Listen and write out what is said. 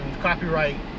copyright